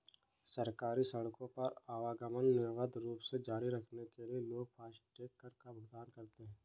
सरकारी सड़कों पर आवागमन निर्बाध रूप से जारी रखने के लिए लोग फास्टैग कर का भुगतान करते हैं